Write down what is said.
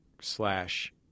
slash